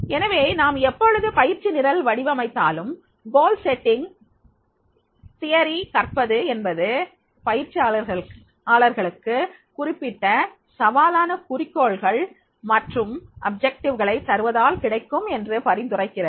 எனவே நாம் எப்பொழுது பயிற்சி நிரல் வடிவமைத்தாலும் குறிக்கோள் அமைக்கும் கோட்பாடுகற்பது என்பது பயிற்சியாளர்களுக்கு குறிப்பிட்ட சவாலான குறிக்கோள்கள் மற்றும் நோக்கங்களை தருவதால் கிடைக்கும் என்று பரிந்துரைக்கிறது